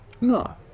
No